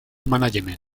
management